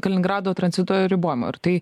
kaliningrado tranzito ribojimo ir tai